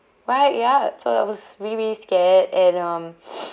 right ya so I was really scared and um